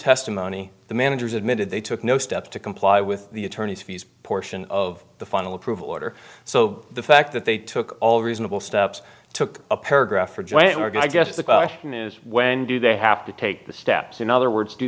testimony the managers admitted they took no steps to comply with the attorneys fees portion of the final approval order so the fact that they took all reasonable steps took a paragraph or joint mortgage i guess the question is when do they have to take the steps in other words do